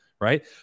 Right